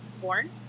Born